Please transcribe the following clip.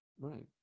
right